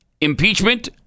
Impeachment